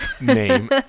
name